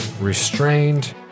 restrained